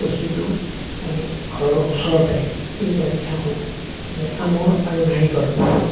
বস্তুটো আমি ঘৰৰ ওচৰতে এই বাগিচাখন যে তামোল আৰু নাৰিকল